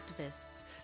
activists